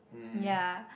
ya